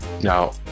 Now